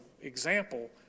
example